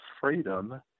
freedom